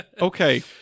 Okay